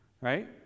Right